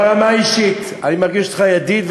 נוסיף זאת לפרוטוקול.